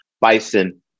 bison